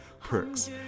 perks